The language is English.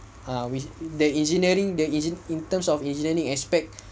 err with the engineering the engin~ in terms of engineering aspect